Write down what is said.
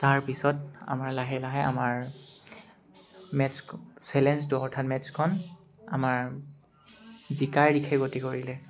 তাৰপিছত আমাৰ লাহে লাহে আমাৰ মেটচ্ চেলেঞ্জটো অৰ্থাৎ মেটচখন আমাৰ জিকাৰ দিশে গতি কৰিলে